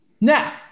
Now